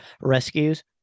rescues